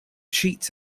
cheats